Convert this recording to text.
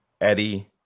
Eddie